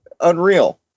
unreal